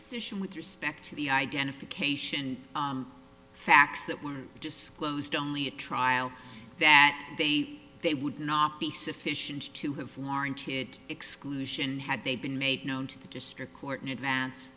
issue with respect to the identification facts that were disclosed only a trial that they would not be sufficient to have warranted exclusion had they been made known to the district court in advance